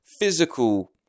physical